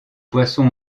poissons